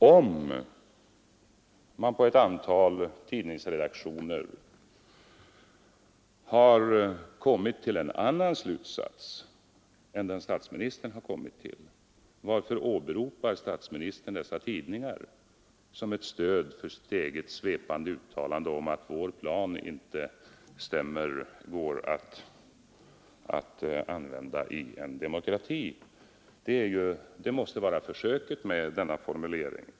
Om man på ett antal tidningsredaktioner har kommit till en annan slutsats än den statsministern har dragit, varför åberopar statsministern dessa tidningar som ett stöd för sitt eget svepande uttalande att vår plan inte kan användas i en demokrati? Det måste ju vara avsikten med hans formulering.